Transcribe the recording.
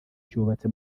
cyubatse